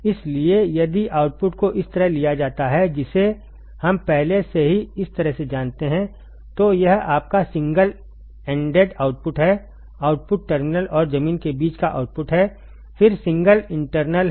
इसलिए यदि आउटपुट को इस तरह लिया जाता है जिसे हम पहले से ही इस तरह से जानते हैं तो यह आपका सिंगल एंडेड आउटपुट है आउटपुट टर्मिनल और जमीन के बीच का आउटपुट है फिर सिंगल इंटरनल है